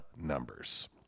numbers